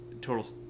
total